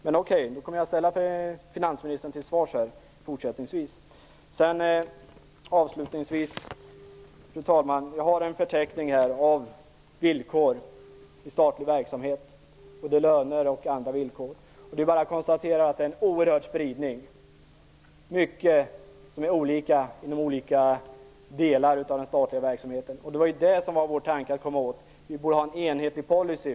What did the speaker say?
Men okej, vi kommer fortsättningsvis att ställa finansministern till svars i sådana sammanhang. Avslutningsvis, fru talman, vill jag säga att jag framför mig här har en förteckning över löner och andra villkor i statlig verksamhet. Det är bara att konstatera att det förekommer en oerhörd spridning. Det är mycket olika inom skilda delar av den statliga verksamheten. Vår tanke var att det borde finnas en enhetlig policy.